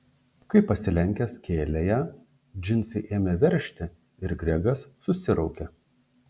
kai pasilenkęs kėlė ją džinsai ėmė veržti ir gregas susiraukė